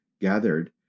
gathered